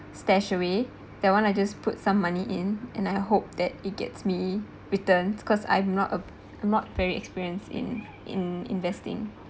stash away that one I just put some money in and I hope that it gets me return because I'm not a I'm not very experienced in in investing